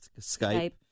Skype